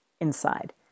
inside